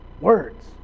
words